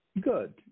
Good